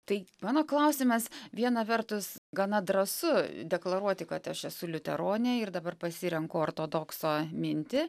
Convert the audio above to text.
tai mano klausimas viena vertus gana drąsu deklaruoti kad aš esu liuteronė ir dabar pasirenku ortodokso mintį